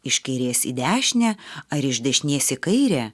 iš kairės į dešinę ar iš dešinės į kairę